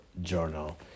journal